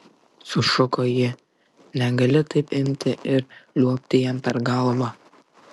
sušuko ji negali taip imti ir liuobti jam per galvą